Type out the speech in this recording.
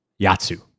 yatsu